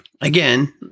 again